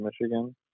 Michigan